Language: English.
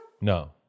No